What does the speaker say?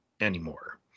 anymore